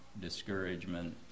Discouragement